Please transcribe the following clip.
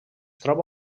troba